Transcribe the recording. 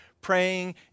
praying